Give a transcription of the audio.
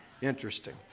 Interesting